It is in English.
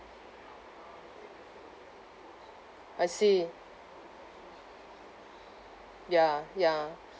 I see ya ya